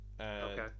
Okay